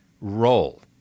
roll